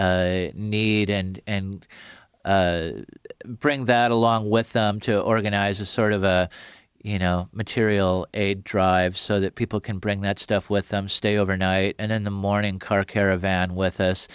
need and bring that along with them to organize a sort of you know material a drive so that people can bring that stuff with them stay overnight and in the morning car caravan with us